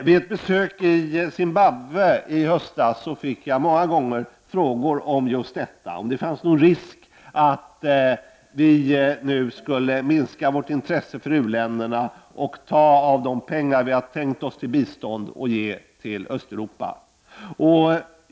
Vid ett besök i Zimbabwe i höstas fick jag många gånger frågan om det fanns någon risk för att vi nu skulle minska vårt intresse för u-länderna och ta av de pengar som vi hade tänkt oss till bistånd för att ge dem till Östeuropa.